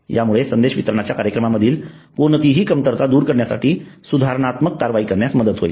यामुळे संदेश वितरणाच्या कार्यक्रमामधील कोणतीही कमतरता दूर करण्यासाठी सुधारणात्मक कारवाई करण्यास मदत होईल